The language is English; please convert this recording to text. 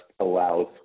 allows